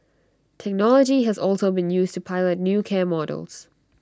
technology has also been used to pilot new care models